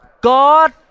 God